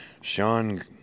Sean